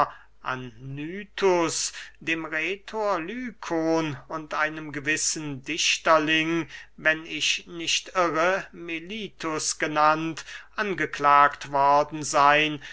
anytus dem rhetor lykon und einem gewissen dichterling wenn ich nicht irre melitus genannt angeklagt worden seyn